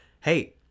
hey